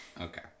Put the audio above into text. Okay